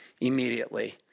immediately